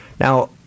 Now